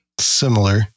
Similar